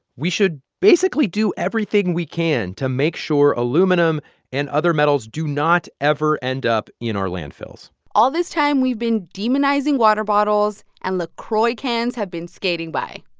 we should basically do everything we can to make sure aluminum and other metals do not ever end up in our landfills all this time, we've been demonizing water bottles, and lacroix cans have been skating by